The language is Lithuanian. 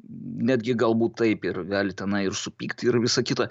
netgi galbūt taip ir gali tenai ir supykti ir visa kita